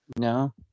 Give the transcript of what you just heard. no